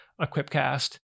Equipcast